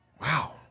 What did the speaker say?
wow